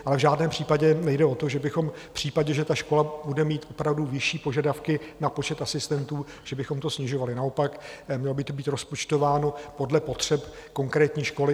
V žádném případě nejde o to, že bychom v případě, že škola bude mít opravdu vyšší požadavky na počet asistentů, že bychom to snižovali, naopak, mělo by to být rozpočtováno podle potřeb konkrétní školy.